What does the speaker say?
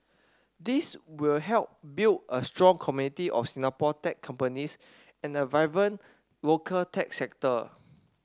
this will help build a strong community of Singapore tech companies and a vibrant local tech sector